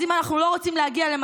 אלה הדברים, אם יש שאלות אשמח לענות.